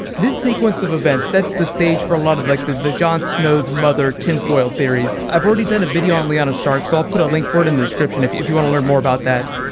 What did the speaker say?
this sequence of events sets the stage for a lot of like the the jon snow's mother tin-foil theories. i've already done a video on lyanna stark, so i'll put a link for it in the description, if if you want to learn more about that.